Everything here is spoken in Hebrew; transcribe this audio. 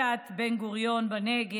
בדיוק.